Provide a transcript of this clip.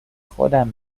خودم